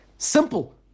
Simple